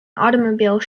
automobile